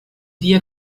dia